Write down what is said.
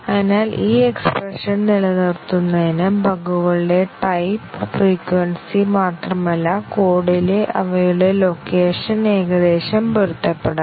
അതിനാൽ ഈ എക്സ്പ്രെഷൻ നിലനിർത്തുന്നതിന് ബഗുകളുടെ ടൈപ്പ് ഫ്രീക്വെൻസി മാത്രമല്ല കോഡിലെ അവയുടെ ലൊക്കേഷൻ ഏകദേശം പൊരുത്തപ്പെടണം